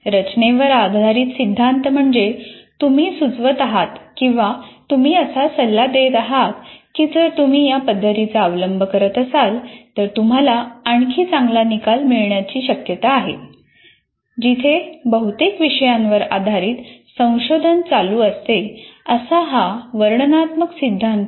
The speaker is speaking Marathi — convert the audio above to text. रचनेवर आधारित सिद्धांत म्हणजे तुम्ही सुचवत आहात किंवा तुम्ही असा सल्ला देत आहात की जर तुम्ही या पद्धतीचा अवलंब करत असाल तर तुम्हाला आणखी चांगला निकाल मिळण्याची शक्यता आहे जिथे बहुतेक विषयांवर आधारित संशोधन चालू असते असा हा वर्णनात्मक सिद्धांत नाही